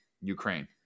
Ukraine